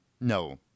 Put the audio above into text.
No